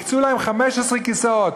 והקצו להם 15 כיסאות.